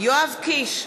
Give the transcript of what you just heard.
יואב קיש,